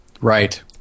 Right